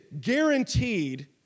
guaranteed